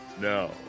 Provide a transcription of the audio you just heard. Now